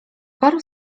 pary